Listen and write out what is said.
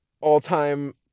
all-time